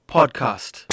Podcast